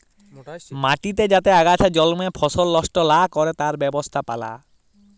মাটিতে যাতে আগাছা জল্মে ফসল লস্ট লা ক্যরে তার ব্যবস্থাপালা